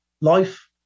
life